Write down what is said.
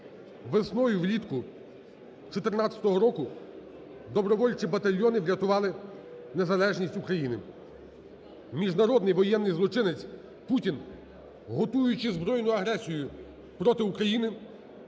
Весною, влітку 14-го року добровольчі батальйони врятували незалежність України. Міжнародний воєнний злочинець Путін, готуючи збройну агресію проти України,